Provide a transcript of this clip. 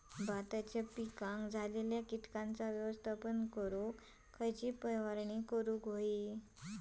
भाताच्या पिकांक झालेल्या किटकांचा व्यवस्थापन करूक कसली फवारणी करूक होई?